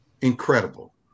Incredible